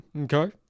Okay